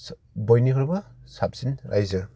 बयनिख्रुइबो साबसिन रायजो